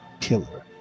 Killer